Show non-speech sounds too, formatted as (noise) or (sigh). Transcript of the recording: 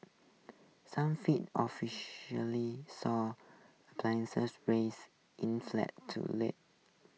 some fed officially saw (unintelligible) risk inflate to lag